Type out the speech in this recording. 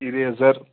eraser